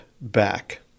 back